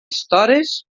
estores